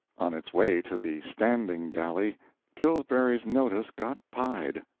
on its way to the standing-galley tilbury's notice got pied.